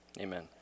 Amen